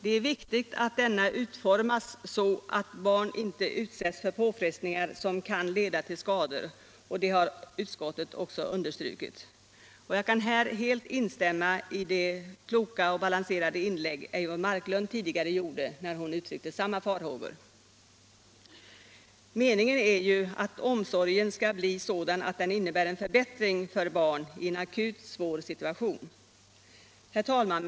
Det är viktigt att denna utformas så att barn inte utsätts för påfrestningar som kan leda till skador, och det har utskottet också understrukit. Jag kan här helt instämma i det kloka och välbalanserade inlägg Eivor Marklund gjorde när hon uttryckte samma farhågor. Meningen är ju att omsorgen skall bli sådan att den innebär en förbättring för barn i en akut, svår situation. Herr talman!